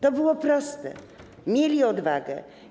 To było proste - mieli odwagę.